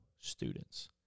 students